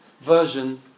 version